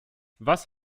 was